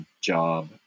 job